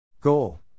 Goal